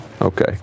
Okay